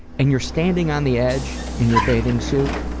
and you're standing on the edge in your bathing suit